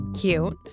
Cute